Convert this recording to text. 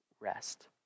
rest